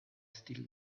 still